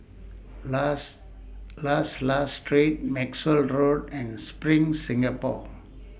last last last Street Maxwell Road and SPRING Singapore